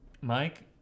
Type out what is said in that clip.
Mike